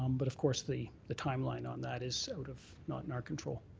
um but of course the the time line on that is out of not in our control.